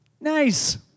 Nice